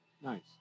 Nice